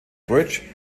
bridge